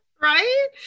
right